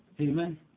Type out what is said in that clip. Amen